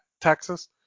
Texas